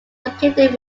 located